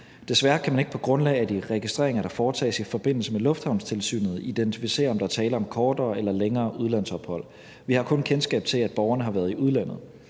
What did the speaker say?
Desværre kan man ikke på grundlag af de registreringer, der foretages i forbindelse med lufthavnstilsynet, identificere, om der er tale om kortere eller længere udlandsophold. Vi har kun kendskab til, at borgerne har været i udlandet.